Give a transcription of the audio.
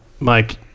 Mike